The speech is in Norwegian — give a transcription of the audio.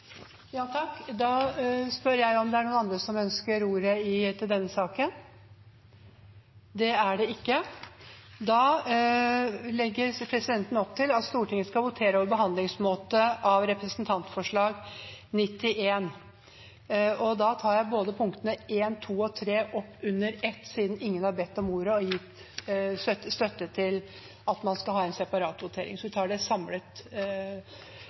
er det ikke. Da legger presidenten opp til at Stortinget voterer over behandlingsmåten for Dokument 8:91 S for 2019–2020. Det voteres over punktene 1, 2 og 3 under ett, siden ingen flere har bedt om ordet og gitt støtte til at man skal ha en separat votering. Presidenten vil opprettholde det